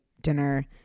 dinner